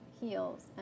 heals